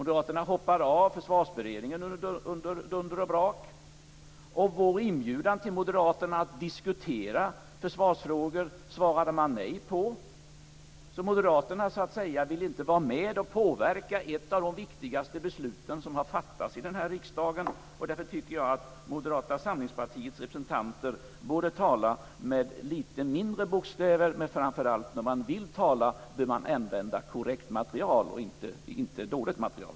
De hoppade av försvarsberedningen under dunder och brak. Vår inbjudan till Moderaterna att diskutera försvarsfrågor svarade man nej på. Moderaterna ville så att säga inte vara med och påverka ett av de viktigaste beslut som har fattats av den här riksdagen. Därför tycker jag att Moderata samlingspartiets representanter borde tala med litet mindre bokstäver. Och framför allt: När de vill tala bör de använda korrekt material, och inte dåligt material.